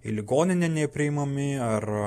į ligoninę nepriimami ar